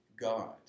God